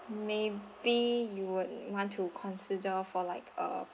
maybe you would want to consider for like uh